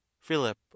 Philip